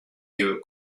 you